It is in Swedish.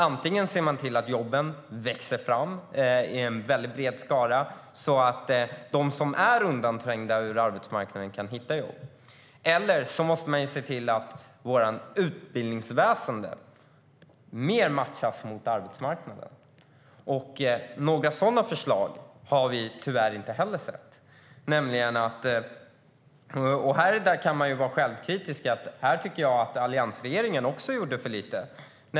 Antingen ser man till att jobben växer fram i en väldigt bred skala så att de som är undanträngda från arbetsmarknaden kan hitta jobb eller så måste man se till att vårt utbildningsväsen mer matchas mot arbetsmarknaden. Några sådana förslag har vi tyvärr inte heller sett. Här kan man vara självkritisk. Här tycker jag att alliansregeringen också gjorde för lite.